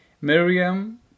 Miriam